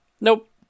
Nope